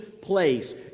place